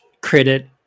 credit